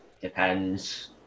depends